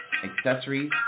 accessories